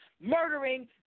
murdering